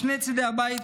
משני צידי הבית,